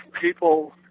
people